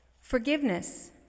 Forgiveness